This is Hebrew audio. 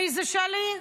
מי זה, שלי?